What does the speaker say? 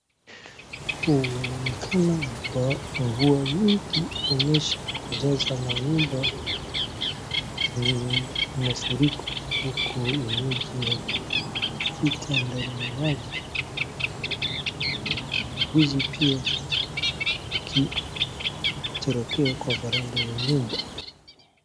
Huu unaonekana mvua nyingi inaonyesha kujaza manyumba, ni mafuriko huku wenyeji waipita ndani ya maji. Mbuzi pia wakitorokea kwa varanda ya nyumba.